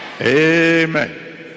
amen